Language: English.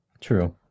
True